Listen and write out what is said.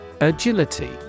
Agility